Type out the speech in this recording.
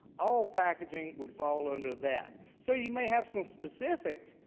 all packaging would fall under that. so you may have some specific,